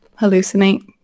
Hallucinate